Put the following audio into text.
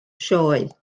sioe